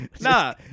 nah